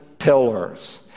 pillars